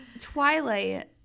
Twilight